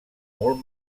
molt